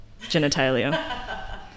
genitalia